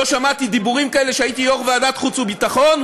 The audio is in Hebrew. לא שמעתי דיבורים כאלה כשהייתי יו"ר ועדת חוץ וביטחון?